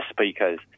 speakers